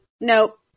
Nope